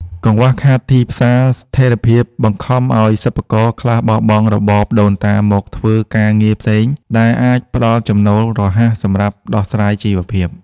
កង្វះខាតទីផ្សារស្ថិរភាព បង្ខំឱ្យសិប្បករខ្លះបោះបង់របរដូនតាមកធ្វើការងារផ្សេង ដែលអាចផ្ដល់ចំណូលរហ័សសម្រាប់ដោះស្រាយជីវភាព។